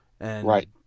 Right